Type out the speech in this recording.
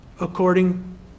according